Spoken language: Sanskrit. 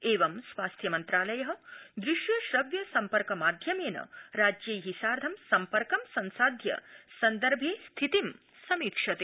एवं स्वास्थ्यमन्त्रालय दृश्य श्रव्य सम्पर्क माध्यमेन राज्यै सार्धं सम्पर्क संसाध्य सन्दर्भे स्थितिं समीक्षते